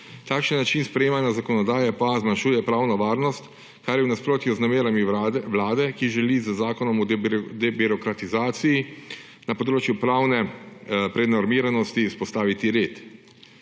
Takšen način sprejemanja zakonodaje pa zmanjšuje pravno varnost, kar je v nasprotju z novelami Vlade, ki želi z zakonom o debirokratizaciji na področju pravne prenormiranosti vzpostaviti red.